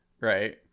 Right